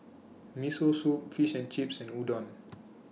Miso Soup Fish and Chips and Udon